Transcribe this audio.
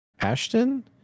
Ashton